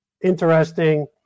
Interesting